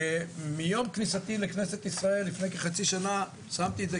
ומיום כניסתי לכנסת ישראל לפני כחצי שנה שמתי את זה